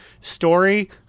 Story